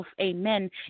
amen